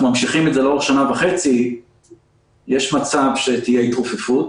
ממשיכים את זה לאורך שנה וחצי יש אפשרות שתהיה התרופפות.